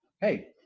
Hey